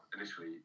initially